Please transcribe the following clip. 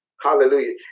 hallelujah